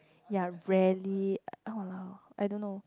ya really !walao! I don't know